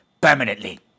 permanently